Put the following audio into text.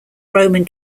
roman